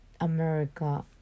America